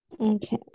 Okay